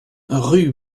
rue